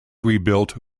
rebuilt